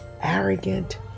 arrogant